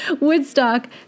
Woodstock